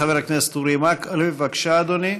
חבר הכנסת אורי מקלב, בבקשה, אדוני.